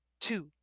two